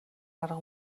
арга